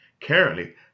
Currently